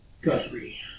Guthrie